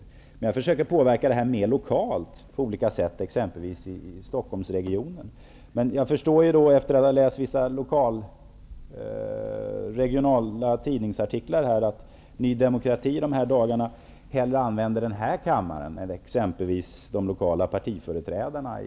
Men detta är något som jag försöker påverka mera lokalt, exempelvis i Men jag förstår, efter att ha läst artiklar i vissa regionala tidningar, att Ny demokrati de här dagarna hellre utnyttjar sina representanter i riksdagen än exempelvis partiets företrädare i